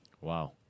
Wow